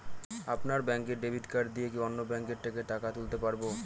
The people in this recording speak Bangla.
আপনার ব্যাংকের ডেবিট কার্ড দিয়ে কি অন্য ব্যাংকের থেকে টাকা তুলতে পারবো?